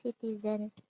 citizens